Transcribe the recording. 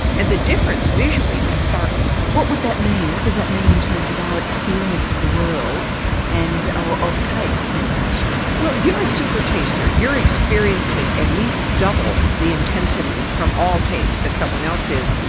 and the difference visually is startling. what would that mean, what does that mean in terms of our experience of the world and ah of taste sensation? well if you're a supertaster you're experiencing at least double the intensity from all taste that someone else is,